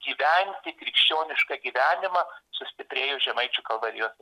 gyventi krikščionišką gyvenimą sustiprėjo žemaičių kalvarijos